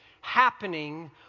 happening